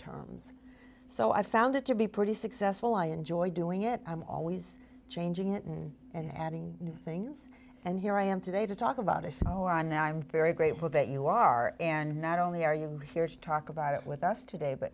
terms so i found it to be pretty successful i enjoy doing it i'm always changing it and and adding new things and here i am today to talk about a so on i'm very grateful that you are and not only are you here to talk about it with us today but